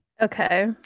Okay